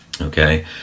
Okay